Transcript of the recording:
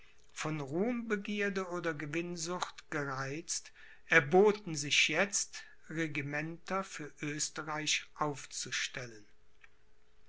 von ruhmbegierde oder gewinnsucht gereizt erboten sich jetzt regimenter für oesterreich aufzustellen